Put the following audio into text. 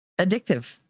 Addictive